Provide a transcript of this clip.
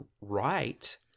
right